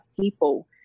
people